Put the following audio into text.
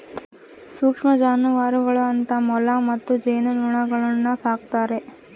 ಸೂಕ್ಷ್ಮ ಜಾನುವಾರುಗಳು ಅಂತ ಮೊಲ ಮತ್ತು ಜೇನುನೊಣಗುಳ್ನ ಸಾಕ್ತಾರೆ